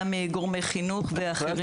גם גורמי חינוך ואחרים.